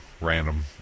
random